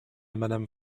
madame